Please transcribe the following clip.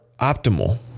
optimal